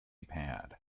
pad